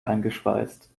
eingeschweißt